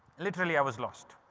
literally, i was lost.